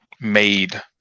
made